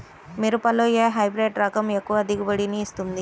మిరపలో ఏ హైబ్రిడ్ రకం ఎక్కువ దిగుబడిని ఇస్తుంది?